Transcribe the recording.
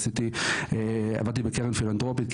עבדתי בקרן פילנטרופית,